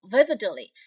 Vividly